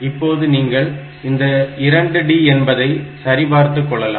இப்போது நீங்கள் இந்த 2D என்பதை சரி பார்த்துக் கொள்ளலாம்